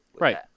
Right